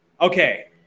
okay